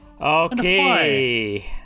Okay